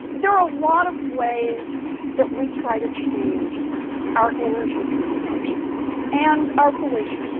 there are a lot of ways that we try to change our energy consumption and our pollution.